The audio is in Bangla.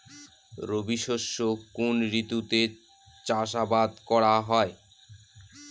রবি শস্য কোন ঋতুতে চাষাবাদ করা হয়?